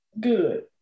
good